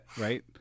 right